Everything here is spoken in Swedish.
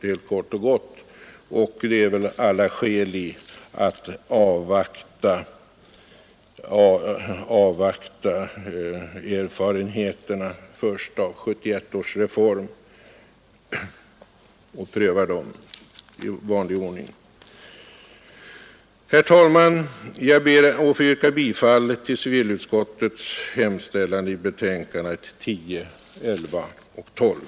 Jag tror, att det finns alla skäl att först avvakta erfarenheterna av 1971 års reform och pröva dem i vanlig ordning. Herr talman! Jag ber att få yrka bifall till civilutskottets hemställan i betänkandena 10, 11 och 12.